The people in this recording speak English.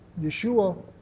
Yeshua